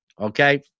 Okay